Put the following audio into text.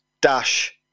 dash